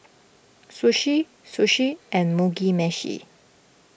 Sushi Sushi and Mugi Meshi